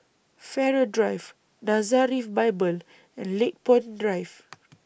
Farrer Drive Nazareth Bible and Lakepoint Drive